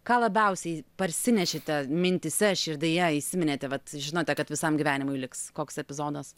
ką labiausiai parsinešėte mintyse širdyje įsiminėte vat žinote kad visam gyvenimui liks koks epizodas